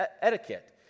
etiquette